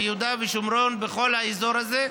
ביהודה ושומרון ובכל האזור הזה.